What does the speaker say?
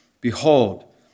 Behold